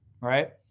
right